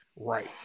right